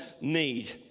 need